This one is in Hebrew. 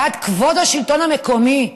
בעד כבוד השלטון המקומי,